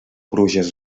bruges